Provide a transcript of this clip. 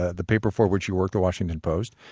ah the paper for which you work, the washington post.